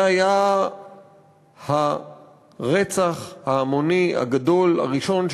זה היה הרצח ההמוני הגדול הראשון,